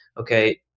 okay